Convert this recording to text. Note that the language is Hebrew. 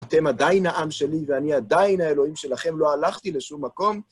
אתם עדיין העם שלי ואני עדיין האלוהים שלכם, לא הלכתי לשום מקום.